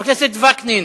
חבר הכנסת וקנין,